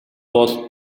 бол